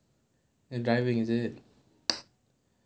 you're driving is it